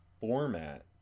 format